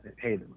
Hey